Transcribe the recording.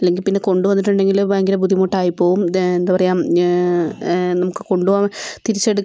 അല്ലെങ്കിൽ പിന്നെ കൊണ്ട് വന്നിട്ടുണ്ടെങ്കിൽ ഭയങ്കര ബുദ്ധിമുട്ടായിപ്പോവും ദേ എന്താണ് പറയുക നമുക്ക് കൊണ്ട് പോവാൻ തിരിച്ച്